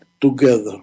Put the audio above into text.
together